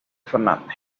fernández